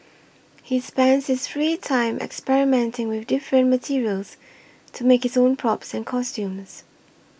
he spends his free time experimenting with different materials to make his own props and costumes